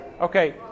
Okay